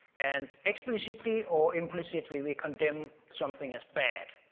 and explicitly or implicitly we condemn something as bad,